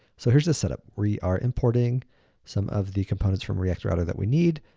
so here's the setup. we are importing some of the components from react router that we need.